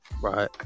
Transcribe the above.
right